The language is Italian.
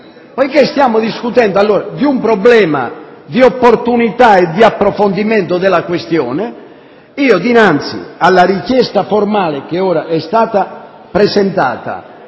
poiché stiamo discutendo un problema di opportunità e di approfondimento della questione, dinanzi alla richiesta formale che è stata presentata